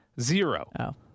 Zero